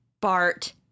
Bart